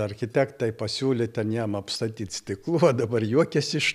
architektai pasiūlė ten jam apstatyt stiklu o dabar juokias iš